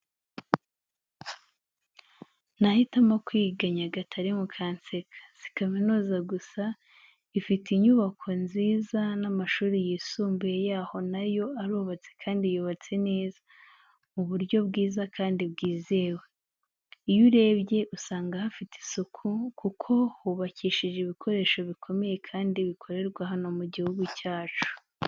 Nahitamo kwigira Nyagatare mukanseka, si kaminuza gusa ifite inyubako nziza n'amashuri yisumbuye yaho na yo arubatse kandi yubatse neza mu buryo bwiza kandi bwizewe. Iyo urebye usanga hafite n'isuku kuko hubakishije ibikoresho bikomeye kandi bikorerwa hano mu gihugu cyacu.